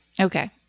Okay